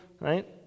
right